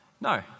No